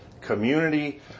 community